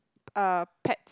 uh pets